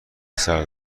سرد